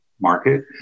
market